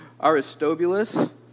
Aristobulus